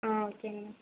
ஆ ஓகேங்க மேம்